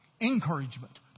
Encouragement